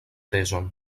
tezon